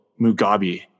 Mugabe